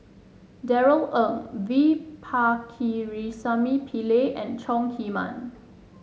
Darrell Ang V Pakirisamy Pillai and Chong Heman